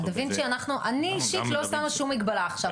על דה וינצ'י אני אישית לא שמה שום מגבלה עכשיו.